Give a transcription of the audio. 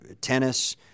Tennis